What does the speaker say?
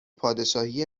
پادشاهی